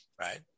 Right